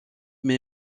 met